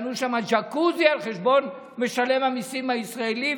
שבנו שם ג'קוזי על חשבון משלם המיסים הישראלי,